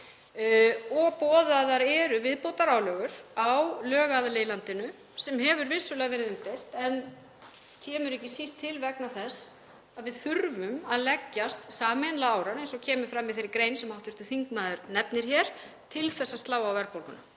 og boðaðar eru viðbótarálögur á lögaðila í landinu, sem hefur vissulega verið umdeilt en kemur ekki síst til vegna þess að við þurfum að leggjast sameiginlega á árar, eins og kemur fram í þeirri grein sem hv. þingmaður nefnir hér, til að slá á verðbólguna.